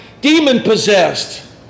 demon-possessed